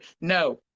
no